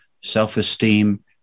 self-esteem